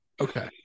Okay